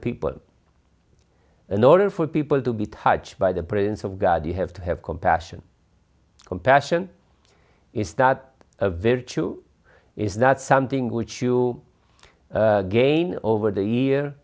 people in order for people to be touched by the presence of god you have to have compassion compassion is that a very true is that something which you gain over the year